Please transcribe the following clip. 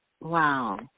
Wow